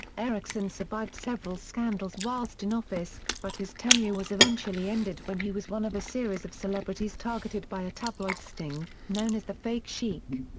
eriksson survived several scandals whilst in office, but his tenure was eventually ended when he was one of a series of celebrities targeted by a tabloid sting, known as the fake sheikh.